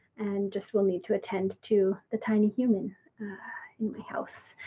and just we'll need to attend to the tiny human in my house.